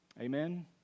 Amen